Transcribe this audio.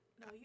No